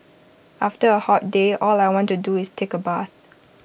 after A hot day all I want to do is take A bath